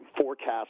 forecast